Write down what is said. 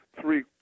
Three